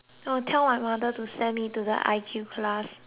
to send me to the I_Q class